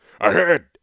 Ahead